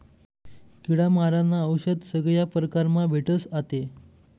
किडा मारानं औशद सगया परकारमा भेटस आते